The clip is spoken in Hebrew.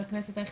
חה"כ אייכלר,